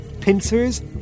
pincers